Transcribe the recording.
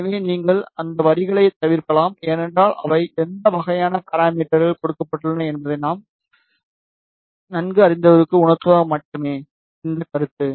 எனவே நீங்கள் அந்த வரிகளைத் தவிர்க்கலாம் ஏனென்றால் அவை எந்த வகையான பாராமீட்டர்கள் கொடுக்கப்பட்டுள்ளன என்பதை நன்கு அறிந்தவருக்கு உணர்த்துவதற்காக மட்டுமே இந்த கருத்து